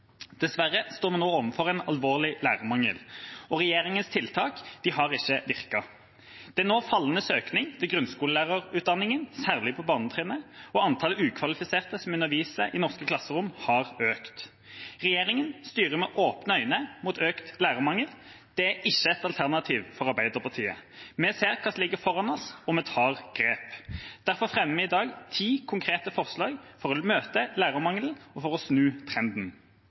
Dessverre står vi nå overfor en alvorlig lærermangel, og regjeringens tiltak har ikke virket. Det er nå fallende søkning til grunnskolelærerutdanningen, særlig på barnetrinnet, og antallet ukvalifiserte som underviser i norske klasserom, har økt. Regjeringa styrer med åpne øyne mot økt lærermangel. Det er ikke et alternativ for Arbeiderpartiet. Vi ser hva som ligger foran oss, og vi tar grep. Derfor fremmer vi i dag ti konkrete forslag for å møte lærermangelen og snu trenden.